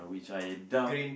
which I doubt